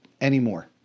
anymore